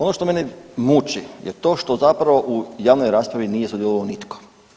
Ono što mene muči je to što zapravo u javnoj raspravi nije sudjelovao nitko.